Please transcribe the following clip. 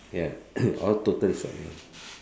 ya all